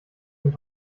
sind